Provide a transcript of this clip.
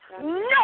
No